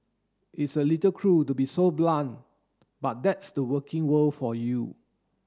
it's a little cruel to be so blunt but that's the working world for you